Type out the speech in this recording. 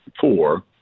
four